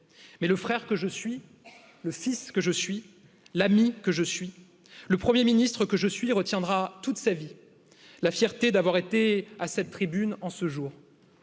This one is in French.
Mais le frère que je suis, le fils que je suis l'ami, que je suis le 1ᵉʳ ministre, que je suis retiendra toute sa vie la fierté d'avoir été à cette tribune en ce jour.